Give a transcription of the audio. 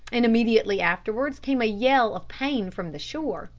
and immediately afterwards came a yell of pain from the shore.